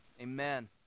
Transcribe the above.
amen